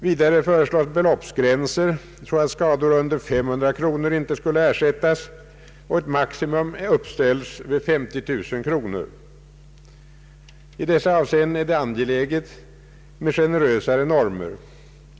Vidare föreslås beloppsgränser så att skador under 500 kronor inte skulle ersättas och ett maximum uppställas vid 50 000 kronor. I dessa avseenden är det angeläget med generösare normer.